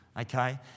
okay